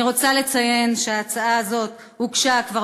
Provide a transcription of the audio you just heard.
אני רוצה לציין שההצעה הזו הוגשה כבר